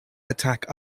attack